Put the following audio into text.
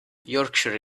yorkshire